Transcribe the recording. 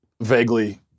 vaguely